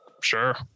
Sure